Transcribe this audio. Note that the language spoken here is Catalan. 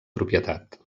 propietat